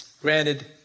granted